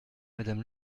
madame